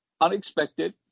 unexpected